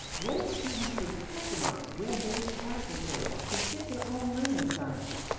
what if students could customize web-based class materials to fit their own learning styles?